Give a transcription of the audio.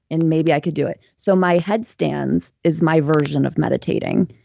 and maybe i could do it. so my headstands is my version of meditating